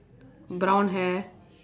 brown hair